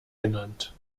genannt